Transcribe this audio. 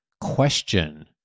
question